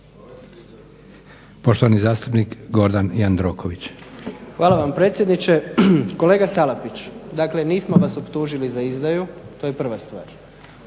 **Jandroković, Gordan (HDZ)** Hvala vam predsjedniče. Kolega Salapić, dakle nismo vas optužili za izdaju. To je prva stvar.